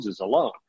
alone